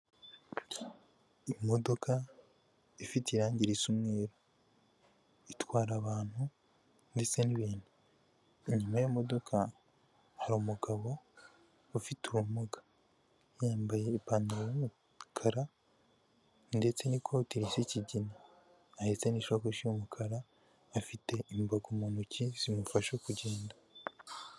Imodoka ifite irangi risa umweru itwara abantu ndetse n'ibintu inyuma y'imodoka, hari umugabo ufite ubumuga yambaye ipantaro y'umukara ndetse n'ikoti ry'ikigina ahetse n'ishakoshi y'umukara afite imbago mu ntoki zimufasha kugenda.